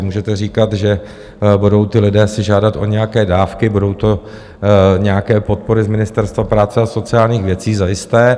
Můžete říkat, že budou ti lidé si žádat o nějaké dávky, budou to nějaké podpory z Ministerstva práce a sociálních věcí, zajisté.